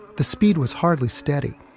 the speed was hardly steady,